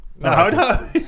No